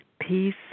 Peace